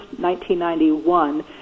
1991